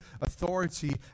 authority